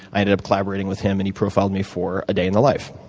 i ended up collaborating with him and he profiled me for a day in the life.